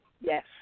Yes